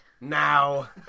now